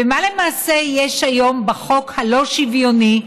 ומה למעשה יש היום בחוק הלא-שוויוני,